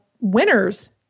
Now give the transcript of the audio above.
winners